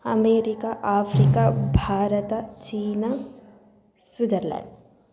America Africa भारतं चीन Switzerland